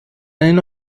اینو